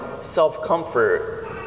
self-comfort